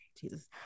Jesus